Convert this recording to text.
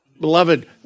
Beloved